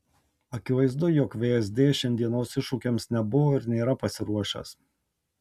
akivaizdu jog vsd šiandienos iššūkiams nebuvo ir nėra pasiruošęs